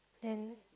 then